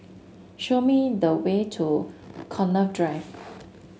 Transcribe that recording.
show me the way to Connaught Drive